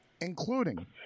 including